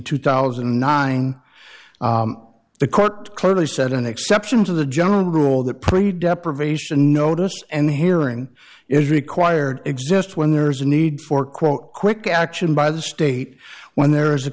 two thousand and nine the court clearly said an exception to the general rule that pretty deprivation notice and hearing is required exist when there's a need for quote quick action by the state when there is a